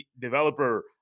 developer